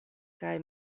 kaj